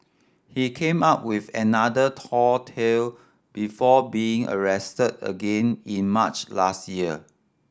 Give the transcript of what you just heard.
he came up with another tall tale before being arrested again in March last year